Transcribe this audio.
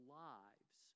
lives